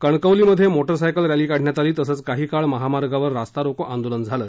कणकवली मध्ये motorcycle rally काढण्यात आली तसंच काही काळ महामार्गावर रास्ता रोको आंदोलन झालं